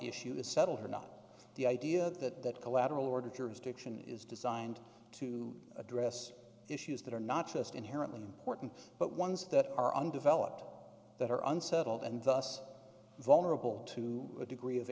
issue is settled or not the idea of that collateral order jurisdiction is designed to address issues that are not just inherently important but ones that are undeveloped that are unsettled and thus vulnerable to a degree of